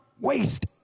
waste